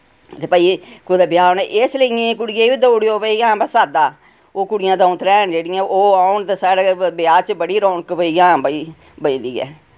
हां ते भाई कुतै ब्याह् होना एह् सलेइयें दी कुड़ियें बी देई ओड़यो भाई हां वा साद्दा ओह् कुड़ियां दौं त्रै हैन जेह्ड़ियां ओह् औन ते साढ़ै ब्याह् बड़ी रौनक भई हां भई बझदी ऐ